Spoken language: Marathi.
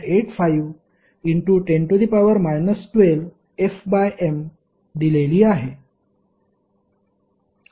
85 x 10 12 Fm दिलेली आहे